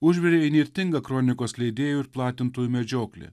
užvirė įnirtinga kronikos leidėjų ir platintojų medžioklė